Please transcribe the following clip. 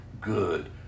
good